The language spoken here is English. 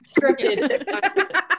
scripted